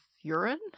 urine